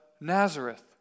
Nazareth